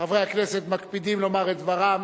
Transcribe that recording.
חברי הכנסת מקפידים לומר את דברם